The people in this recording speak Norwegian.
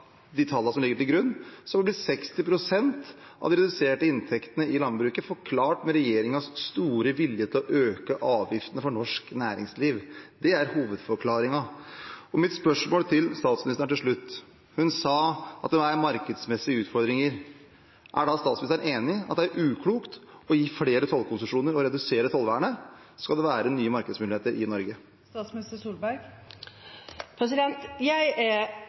som ligger til grunn, blir 60 pst. av de reduserte inntektene i landbruket forklart med regjeringens store vilje til å øke avgiftene for norsk næringsliv. Det er hovedforklaringen. Til slutt mitt spørsmål til statsministeren – hun sa at det er markedsmessige utfordringer: Er da statsministeren enig i at det er uklokt å gi flere tollkonsesjoner og redusere tollvernet hvis det skal det være nye markedsmuligheter i Norge?